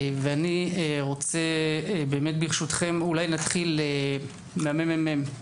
אני רוצה ברשותכם, נתחיל מהממ"מ.